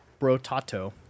Brotato